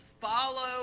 Follow